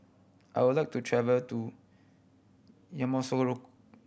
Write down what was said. I would like to travel to Yamoussoukro